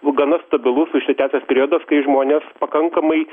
gana stabilus užsitęsęs periodas kai žmonės pakankamai